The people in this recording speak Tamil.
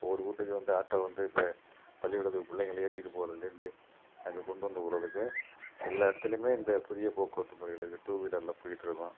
ஒரு வீட்டுக்கு வந்து ஆட்டோ வந்து இப்போ பள்ளிக்கூடத்துக்கு பிள்ளைங்கள ஏற்றிட்டு போவதுலேருந்து அங்கே கொண்டு வந்து விட்றதுக்கு எல்லா இடத்துலையுமே இந்த புதிய போக்குவரத்து முறைகளை இங்கே டூ வீலரில் போய்கிட்டுருக்கோம்